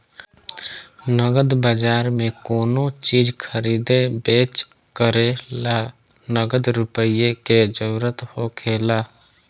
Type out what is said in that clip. नगद बाजार में कोनो चीज खरीदे बेच करे ला नगद रुपईए के जरूरत होखेला